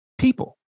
people